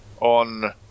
on